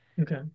Okay